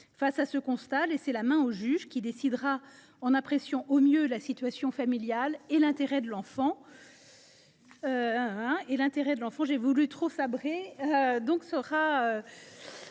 Face à ce constat, laisser la main au juge, qui décidera en appréciant au mieux la situation familiale et l’intérêt de l’enfant,